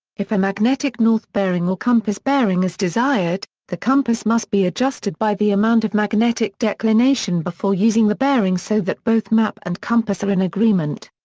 if a magnetic north bearing or compass bearing is desired, the compass must be adjusted by the amount of magnetic declination before using the bearing so that both map and compass are in agreement.